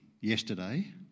yesterday